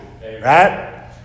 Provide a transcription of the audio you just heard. right